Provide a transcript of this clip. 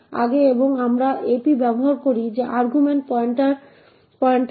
আগে এবং আমরা ap ব্যবহার করি যা আর্গুমেন্ট পয়েন্টার